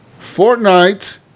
Fortnite